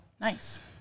Nice